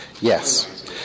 Yes